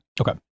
Okay